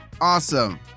awesome